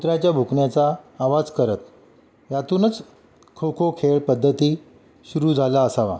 कुत्राच्या भुंकण्याचा आवाज करत यातूनच खोखो खेळ पद्धती सुरू झाला असावा